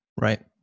Right